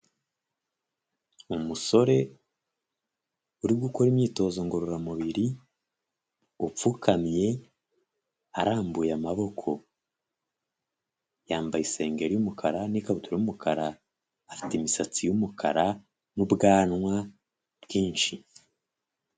Umusore uri gukora imyitozo ngororamubiri upfukamye arambuye amaboko, yambaye isengeri y'umukara n'ikabutura y'umukara, afite imisatsi y'umukara n'ubwanwa bwinshi.